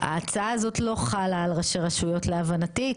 ההצעה הזאת לא חלה על ראשי רשויות להבנתי,